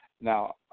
Now